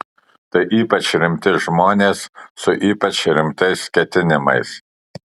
tai ypač rimti žmonės su ypač rimtais ketinimais